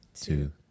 two